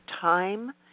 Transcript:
time